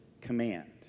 command